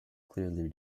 clearly